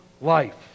life